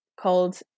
called